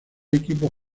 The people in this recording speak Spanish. equipo